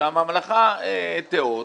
שהממלכה תיאות